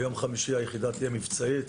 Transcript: ביום חמישי היחידה תהיה מבצעית.